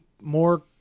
more